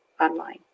online